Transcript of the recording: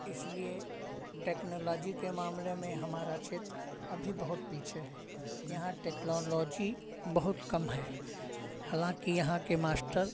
इसलिए टेक्नोलॉजी के मामले में हमारा क्षेत्र अभी बहुत पीछे है यहाँ टेक्नोलॉजी बहुत कम है हलांकि यहाँ के मास्टर